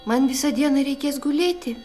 man visą dieną reikės gulėti